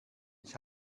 ich